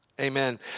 amen